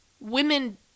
women